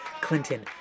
Clinton